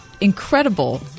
incredible